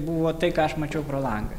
buvo tai ką aš mačiau pro langą